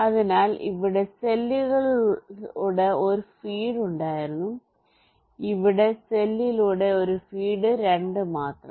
അതിനാൽ ഇവിടെ സെല്ലിലൂടെ ഒരു ഫീഡ് ഉണ്ടായിരുന്നു ഇവിടെ സെല്ലിലൂടെ ഒരു ഫീഡ് രണ്ട് മാത്രം